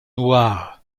noir